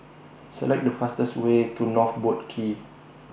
Select The fastest Way to North Boat Quay